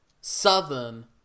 Southern